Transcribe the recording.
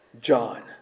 John